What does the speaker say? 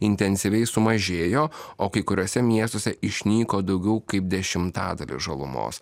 intensyviai sumažėjo o kai kuriuose miestuose išnyko daugiau kaip dešimtadaliu žalumos